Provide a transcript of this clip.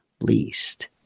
least